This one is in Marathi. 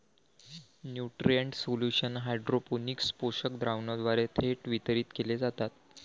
न्यूट्रिएंट सोल्युशन हायड्रोपोनिक्स पोषक द्रावणाद्वारे थेट वितरित केले जातात